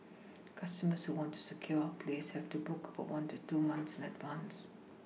customers who want to secure a place have to book one to two months in advance